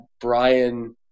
Brian